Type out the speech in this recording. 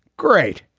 great.